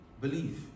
believe